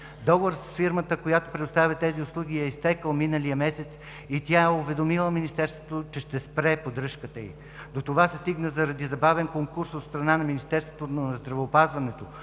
Договорът с фирмата, която предоставя тези услуги, е изтекъл миналия месец и тя е уведомила Министерството, че ще спре поддръжката ѝ. До това се стигна заради забавен конкурс от страна на Министерството на здравеопазването.